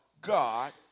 God